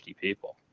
people